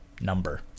number